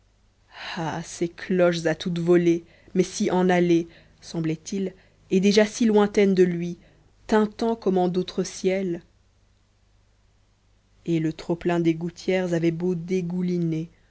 ah ces cloches à toutes volées mais si en allées semblait il et déjà si lointaines de lui tintant comme en d'autres ciels et le trop-plein des gouttières avait beau